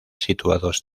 situados